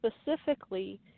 specifically